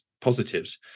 positives